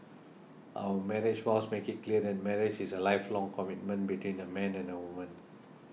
our marriage vows make it clear that marriage is a lifelong commitment between a man and a woman